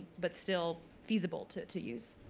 but still feasible to to use?